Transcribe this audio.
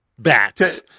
bats